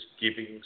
giving